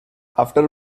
after